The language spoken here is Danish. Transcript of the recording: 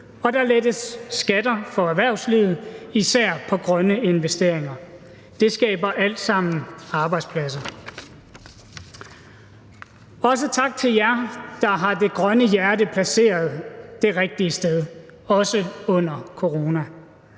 og der lettes skatter for erhvervslivet, især på grønne investeringer. Det skaber alt sammen arbejdspladser. Også tak til jer, der har det grønne hjerte placeret det rigtige sted, også under corona.